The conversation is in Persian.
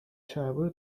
شلوار